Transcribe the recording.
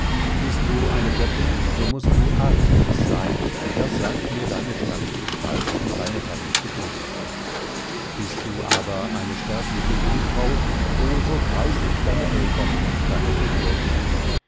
bist du eine göttin so mußt du artemis sein das sagt mir deine schlanke gestalt und deine herrliche bildung bist du aber eine sterbliche jungfrau o so preise ich deine eltern und deine brüder glücklich